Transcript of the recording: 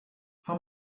how